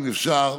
אם אפשר.